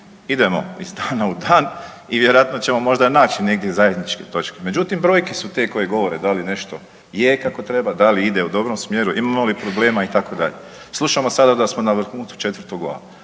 idemo iz dana u dan i vjerojatno ćemo možda naći negdje zajedničke točke. Međutim, brojke su te koje govore da li nešto je kako treba da li ide u dobrom smjeru, imamo li problema itd. Slušamo sada da smo na vrhuncu četvrtog vala.